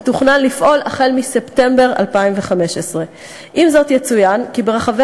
מתוכנן לפעול החל מספטמבר 2015. עם זאת יצוין כי ברחבי